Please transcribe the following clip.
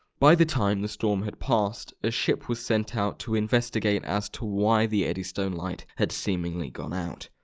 by the time the storm had passed, a ship was sent out to investigate as to why the eddystone light had seemingly gone out.